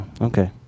Okay